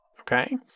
Okay